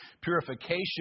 purification